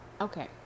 Okay